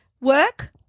work